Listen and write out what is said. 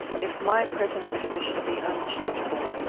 if my present condition be unchangeable,